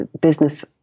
business